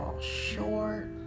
short